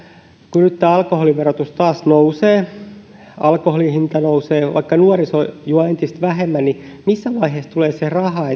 kun nyt tämä alkoholiverotus taas nousee ja alkoholin hinta nousee niin vaikka nuoriso juo entistä vähemmän niin missä vaiheessa tulee se raja